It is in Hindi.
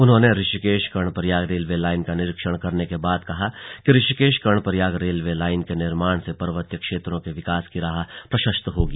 उन्होंने ऋषिकेश कर्णप्रयाग रेलवे लाईन का निरीक्षण करने के बाद कहा कि ऋषिकेश कर्णप्रयाग रेलवे लाइन के निर्माण से पर्वतीय क्षेत्रों के विकास की राह प्रशस्त होगी